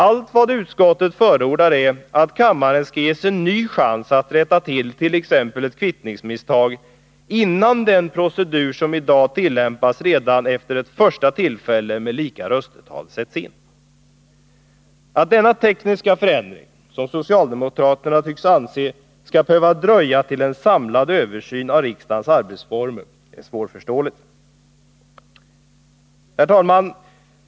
Allt vad utskottet förordar är att kammaren ges en ny chans att rätta till t.ex. ett kvittningsmisstag innan den procedur som i dag tillämpas redan efter ett första tillfälle med lika röstetal sätts in. Att denna tekniska förändring — som socialdemokraterna tycks anse — skall behöva dröja till en samlad översyn av riksdagens arbetsformer, är svårförståeligt. Herr talman!